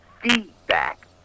feedback